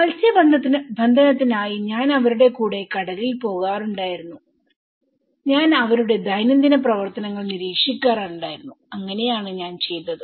മത്സ്യബന്ധനത്തിനായി ഞാൻ അവരുടെ കൂടെ കടലിൽ പോകാറുണ്ടായിരുന്നു ഞാൻ അവരുടെ ദൈനംദിന പ്രവർത്തനങ്ങൾ നിരീക്ഷിക്കാറുണ്ടായിരുന്നു അങ്ങനെയാണ് ഞാൻ ചെയ്തത്